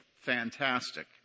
Fantastic